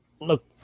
look